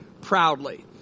proudly